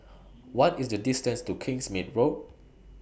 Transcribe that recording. What IS The distance to Kingsmead Road